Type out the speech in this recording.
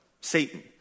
Satan